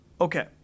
okay